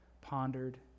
pondered